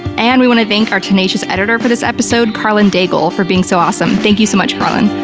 and we want to thank our tenacious editor for this episode, karlyn daigle, for being so awesome. thank you so much karlyn.